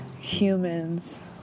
humans